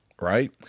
right